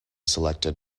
selected